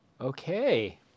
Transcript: Okay